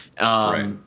Right